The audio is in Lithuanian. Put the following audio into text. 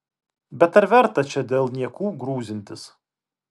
bet ar verta čia dėl niekų grūzintis